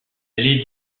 allait